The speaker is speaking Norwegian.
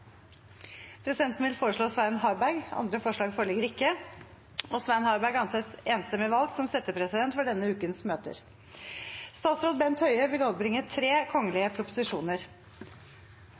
Presidenten vil foreslå Svein Harberg. – Andre forslag foreligger ikke, og Svein Harberg anses enstemmig valgt som settepresident for denne ukens møter. Før sakene på dagens kart tas opp til behandling, vil